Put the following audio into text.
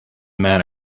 men